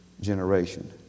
generation